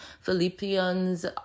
Philippians